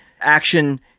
action